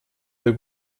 the